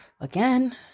again